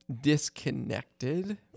disconnected